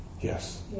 Yes